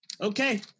Okay